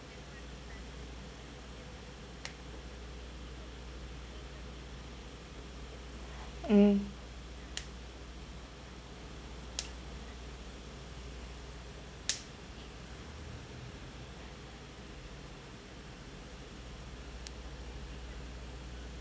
mm